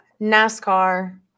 NASCAR